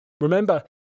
Remember